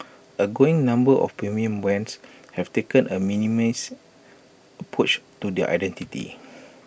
A growing number of premium brands have taken A minimalist approach to their identity